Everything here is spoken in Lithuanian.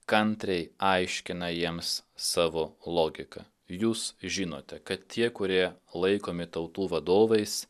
kantriai aiškina jiems savo logiką jūs žinote kad tie kurie laikomi tautų vadovais